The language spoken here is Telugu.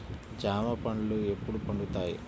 జామ పండ్లు ఎప్పుడు పండుతాయి?